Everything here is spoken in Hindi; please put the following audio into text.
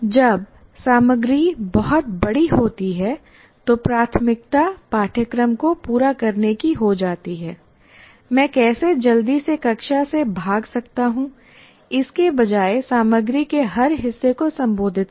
जब सामग्री बहुत बड़ी होती है तो प्राथमिकता पाठ्यक्रम को पूरा करने की हो जाती है मैं कैसे जल्दी से कक्षा से भाग सकता हूं इसके बजाय सामग्री के हर हिस्से को संबोधित करें